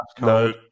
No